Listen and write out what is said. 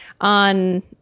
on